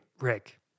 Rick